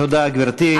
תודה, גברתי.